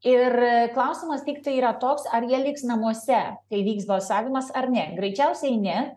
ir klausimas tiktai yra toks ar jie liks namuose kai vyks balsavimas ar ne greičiausiai ne